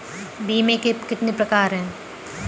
बीमे के कितने प्रकार हैं?